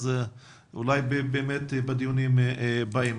אולי נעשה זאת בדיונים הבאים.